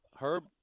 Herb